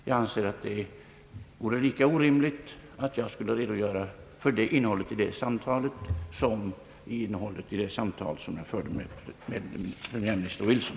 Jag anser att det vore lika orimligt att redogöra för innehållet i det samtalet som för innehållet i det samtal som jag förde med premiärminister Wilson.